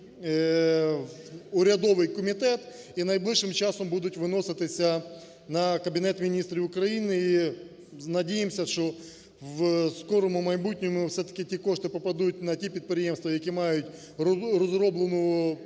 урядовий комітет і найближчим часом будуть виноситися на Кабінет Міністрів України. І надіємося, що в скорому майбутньому все-таки ті кошти попадуть на ті підприємства, які мають розроблену